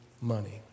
money